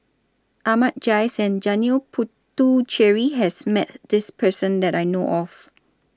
Ahmad Jais and Janil Puthucheary has Met This Person that I know of